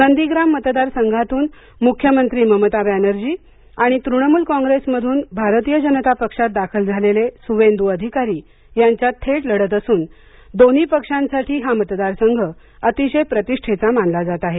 नंदीग्राम मतदार संघातून मुख्यमंत्री ममताबनर्जी आणि तृणमूल कॉंग्रेस मधून भारतीय जनता पक्षात दाखल झालेले सुवेंदू अधिकारी यांच्यात थेट लढत असून दोन्ही पक्षांसाठी हा मतदारसंघ अतिशय प्रतिष्ठेचा मानलाजात आहे